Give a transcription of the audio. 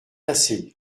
assez